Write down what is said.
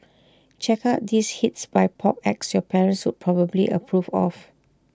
check out these hits by pop acts your parents would probably approve of